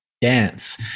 dance